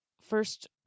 first